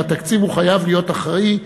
והתקציב חייב להיות אחראי.